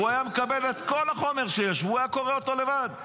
הוא היה מקבל את כל החומר שיש והוא היה קורא אותו לבד.